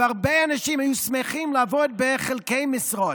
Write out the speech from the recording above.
והרבה אנשים היו שמחים לעבוד בחלקי משרות.